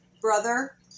brother